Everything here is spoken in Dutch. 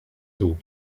toe